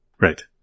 Right